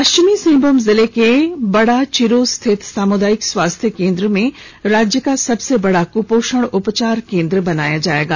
पश्चिमी सिंहभूम जिले के बड़ा चिरू स्थित सामुदायिक स्वास्थ्य केंद्र में राज्य का सबसे बड़ा क्पोषण उपचार केंद्र बनाया जाएगा